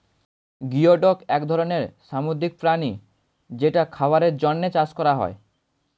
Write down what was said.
geoduck এক ধরনের সামুদ্রিক প্রাণী যেটা খাবারের জন্যে চাষ করা হয়